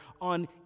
on